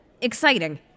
exciting